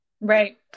Right